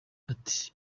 ati